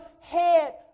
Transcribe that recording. head